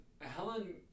Helen